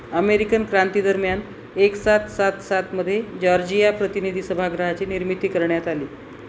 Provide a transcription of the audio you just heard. American क्रांतीदरम्यान एक सात सात सातमध्ये जॉर्जिया प्रतिनिधी सभागृहाची निर्मिती करण्यात आली